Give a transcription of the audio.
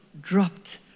dropped